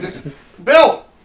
Bill